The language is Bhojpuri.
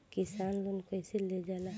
किसान लोन कईसे लेल जाला?